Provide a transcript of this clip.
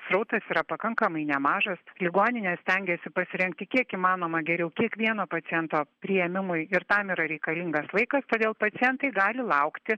srautas yra pakankamai nemažas ligoninės stengiasi pasirengti kiek įmanoma geriau kiekvieno paciento priėmimui ir tam yra reikalingas laikas todėl pacientai gali laukti